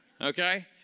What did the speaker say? okay